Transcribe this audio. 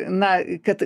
na kad